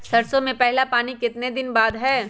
सरसों में पहला पानी कितने दिन बाद है?